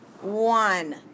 One